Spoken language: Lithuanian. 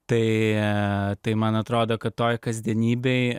tai ne tai man atrodo kad toj kasdienybėj